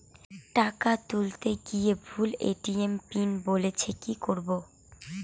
টাকা তুলতে গিয়ে ভুল এ.টি.এম পিন বলছে কি করবো?